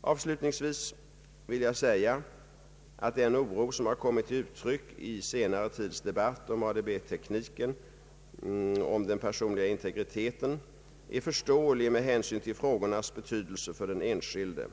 Avslutningsvis vill jag säga att den oro som har kommit till uttryck i senare tids debatt om ADB-tekniken om den personliga integriteten är förståelig med hänsyn till frågornas betydelse för den enskilde.